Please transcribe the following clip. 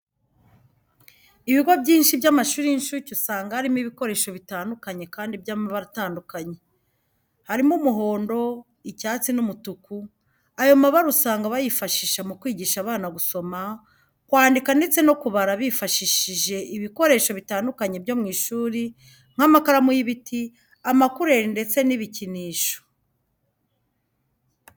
Ibigo byinci by'amashuri y'incucye usanga harimo ibikoresho bitandukanye kandi by'amabara atandukanye .Harimo umuhondo, icyatsi n'umutuku, ayo mabara usanga bayifashisha mu kwigisha abana gusoma, kwandika, ndetse no kubara bifashishije ibikoresho bitandukanye byo mu ishuri nk'amakaramu y'ibiti, amakureri ndetse n'ibicyinisho.